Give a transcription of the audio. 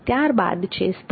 ત્યારબાદ છે સ્થાન